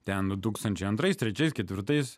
ten tūkstančiai antrais trečiais ketvirtais